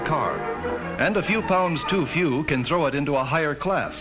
a car and a few pounds too few can throw it into a higher class